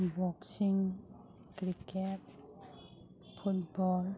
boxing cricket football